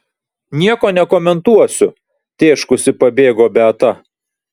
nieko nekomentuosiu tėškusi pabėgo beata